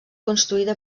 construïda